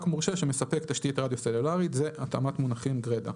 מורשה שמספק תשתית רדיו סלולרית"." זה התאמת מונחים גרידא.